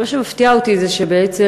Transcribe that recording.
מה שמפתיע אותי זה שבעצם,